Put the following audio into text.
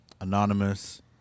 anonymous